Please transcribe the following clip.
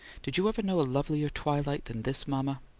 did you ever know a lovelier twilight than this, mama?